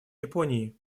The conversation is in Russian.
японии